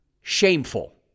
Shameful